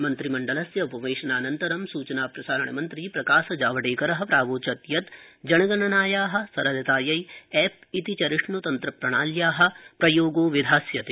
मन्त्रिमण्डलस्य उपवेशनानन्तर् सूचना प्रसारण मन्त्री प्रकाश जावडेकर प्रावोचत् यत् जनगणनाया सरलतायै एप् इति चरिष्णुतन्त्रप्रणाल्या प्रयोगो विधास्यते